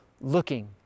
looking